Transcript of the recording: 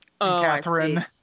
Catherine